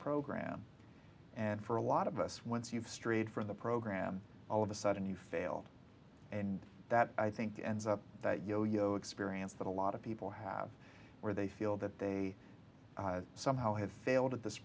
program and for a lot of us once you've strayed from the program all of a sudden you fail and that i think ends up that yo yo experience that a lot of people have where they feel that they somehow have failed at this